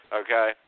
okay